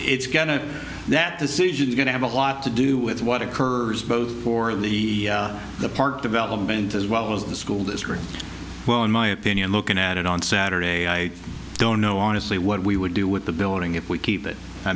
it's going to that decision is going to have a lot to do with what occurs both for the park development as well as the schools as well in my opinion looking at it on saturday i don't know honestly what we would do with the building if we keep it i